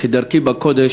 וכדרכי בקודש,